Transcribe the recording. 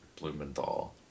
Blumenthal